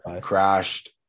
crashed